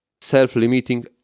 self-limiting